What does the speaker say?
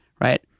right